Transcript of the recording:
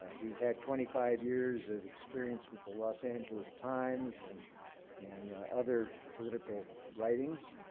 he's had twenty five years of experience with the los angeles times and and other political writings.